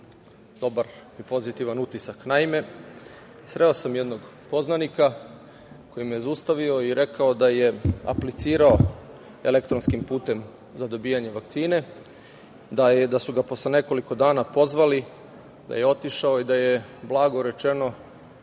dobar i pozitivan utisak. Naime, sreo sam jednog poznanika koji me je zaustavio i rekao da je aplicirao elektronskim putem za dobijanje vakcine, da su ga posle nekoliko dana pozvali, da je otišao i da je blago rečeno